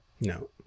No